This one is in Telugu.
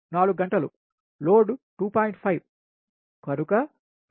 5 కనుక 4x2